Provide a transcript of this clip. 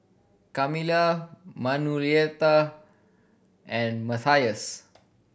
Carmella Manuelita and Matthias